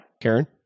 Karen